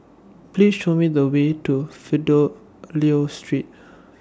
Please Show Me The Way to Fidelio Street